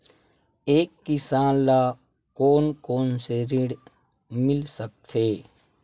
एक किसान ल कोन कोन से ऋण मिल सकथे?